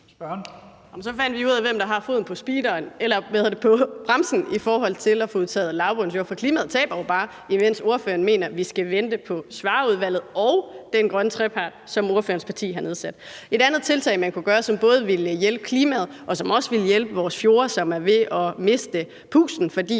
Så fandt vi ud af, hvem det er, der har foden på bremsen i forhold til at få udtaget lavbundsjorder, og klimaet taber jo bare, imens ordføreren mener, at vi skal vente på Svarerudvalgets rapport og de grønne trepartsforhandlinger, som regeringen har indkaldt til. Et andet tiltag, man kunne gøre, som ville hjælpe klimaet, og som også ville hjælpe vores fjorde, som er ved at miste pusten, fordi